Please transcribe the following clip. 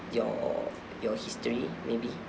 your your history maybe